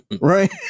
right